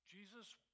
Jesus